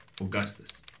Augustus